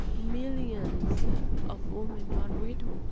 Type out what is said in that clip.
millions of women are widowed,